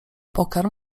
pokarm